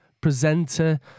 presenter